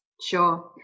Sure